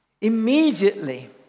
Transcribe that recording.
Immediately